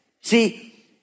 See